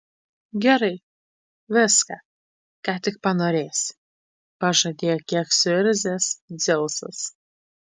gerai viską ką tik panorėsi pažadėjo kiek suirzęs dzeusas